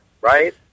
right